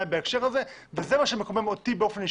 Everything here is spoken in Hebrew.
בהקשר הזה וזה מה שמקומם אותי באופן אישי,